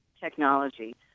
technology